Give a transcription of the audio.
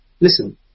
Listen